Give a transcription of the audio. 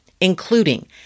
including